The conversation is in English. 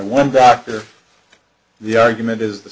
one doctor the argument is the